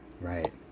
Right